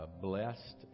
blessed